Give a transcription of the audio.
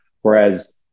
Whereas